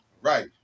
Right